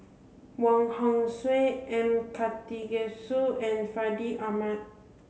Wong Hong Suen M Karthigesu and Fandi Ahmad